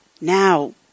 Now